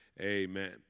Amen